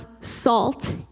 salt